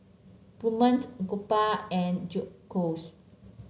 Gurmeet Gopal and Jecush